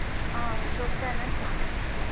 ꯑꯥ doctor ꯅꯠꯇ꯭ꯔꯥ